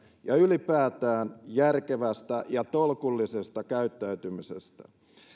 ja ylipäätään järkevästä ja tolkullisesta käyttäytymisestä